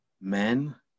Men